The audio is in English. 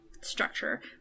structure